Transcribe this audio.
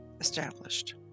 established